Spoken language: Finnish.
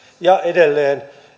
ja edelleen